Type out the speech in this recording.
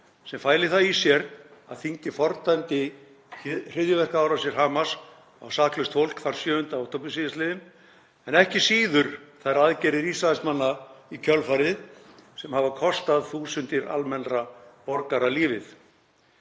sem fæli það í sér að þingið fordæmdi hryðjuverkaárásir Hamas á saklaust fólk þann 7. október sl. en ekki síður þær aðgerðir Ísraelsmanna í kjölfarið sem hafa kostað þúsundir almennra borgara lífið.